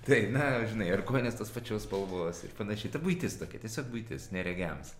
tai na žinai ar kojinės tos pačios spalvos ir panašiai ta buitis tokia tiesiog buitis neregiams